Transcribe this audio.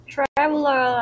Traveler